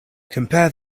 compare